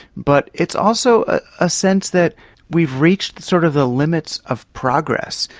but it's also a sense that we've reached sort of the limits of progress,